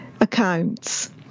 accounts